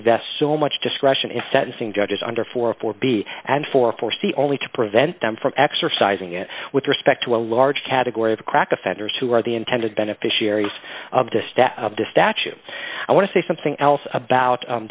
to vest so much discretion in sentencing judges under four for b and four for c only to prevent them from exercising it with respect to a large category of crack offenders who are the intended beneficiaries of the staff of the statue i want to say something else about